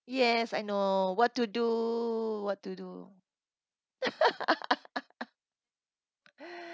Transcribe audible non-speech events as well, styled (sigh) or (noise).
yes I know what to do what to do (laughs) (breath)